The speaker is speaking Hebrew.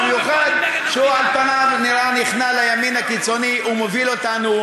ובמיוחד שעל פניו נראה שהוא נכנע לימין הקיצוני ומוביל אותנו,